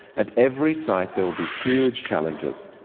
at every site there will be huge challenges.